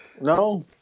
No